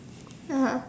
(uh huh)